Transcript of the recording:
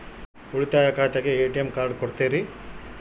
ಉಳಿತಾಯ ಖಾತೆಗೆ ATM card ಕೊಡ್ತೇರಿ?